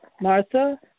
Martha